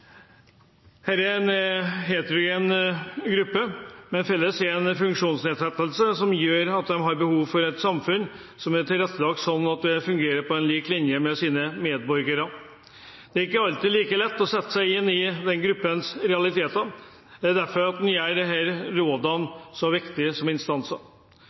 er en heterogen gruppe som har til felles en funksjonsnedsettelse som gjør at de har behov for et samfunn som er tilrettelagt slik at de kan fungere på lik linje med sine medborgere. Det er ikke alltid like lett å sette seg inn i den gruppens realiteter. Det er derfor disse rådene er så viktige som instanser.